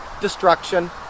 destruction